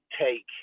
take